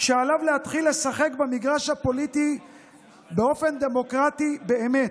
שעליו להתחיל לשחק במגרש הפוליטי באופן דמוקרטי באמת.